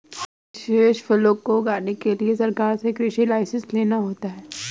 कुछ विशेष फसलों को उगाने के लिए सरकार से कृषि लाइसेंस लेना होता है